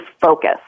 focus